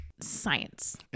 science